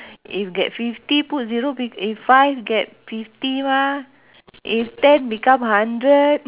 if get fifty put zero wi~ eh five get fifty mah if ten become hundred